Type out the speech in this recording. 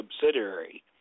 subsidiary